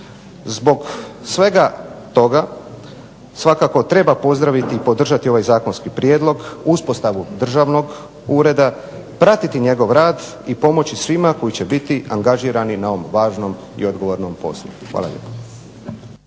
Zbog svega toga svakako treba pozdraviti i podržati ovaj zakonski prijedlog, uspostavu državnog ureda, pratiti njegov rad i pomoći svima koji će biti angažirani na ovom važnom i odgovornom poslu. Hvala lijepa.